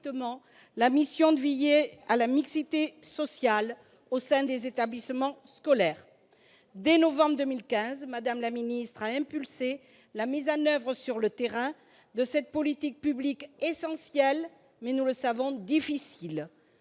la mission de veiller à la mixité sociale au sein des établissements scolaires. Dès novembre 2015, Mme la ministre a impulsé la mise en oeuvre sur le terrain de cette politique publique essentielle, mais difficile,